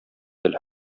әле